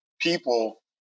people